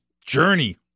journey